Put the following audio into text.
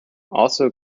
also